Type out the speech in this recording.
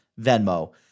Venmo